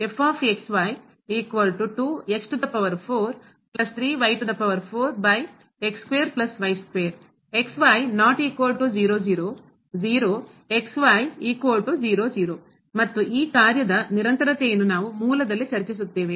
ಮತ್ತು ಈ ಕಾರ್ಯದ ನಿರಂತರತೆಯನ್ನು ನಾವು ಮೂಲದಲ್ಲಿ ಚರ್ಚಿಸುತ್ತೇವೆ